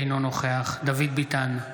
אינו נוכח דוד ביטן,